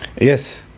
Yes